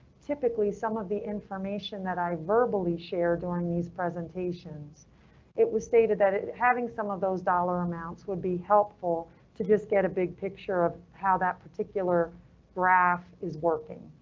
typically some of the information that i verbally shared during these presentations it was stated that having some of those dollar amounts would be helpful to just get a big picture of how that particular graph is working.